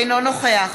אינו נוכח